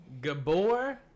Gabor